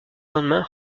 lendemain